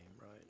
right